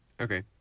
Okay